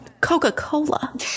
Coca-Cola